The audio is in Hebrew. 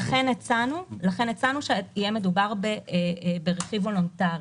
לכן הצענו שיהיה מדובר ברכיב וולונטרי.